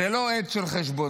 זו לא עת של חשבונות,